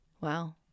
Wow